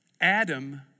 adam